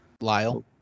Lyle